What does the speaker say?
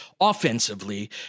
offensively